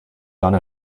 done